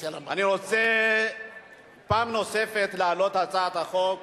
אני רוצה פעם נוספת להעלות הצעת חוק